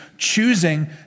choosing